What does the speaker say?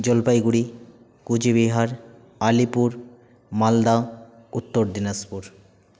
Jalpaiguri Cooch Behar Alipur Malda Uttar Dinajpur